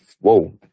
whoa